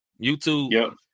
YouTube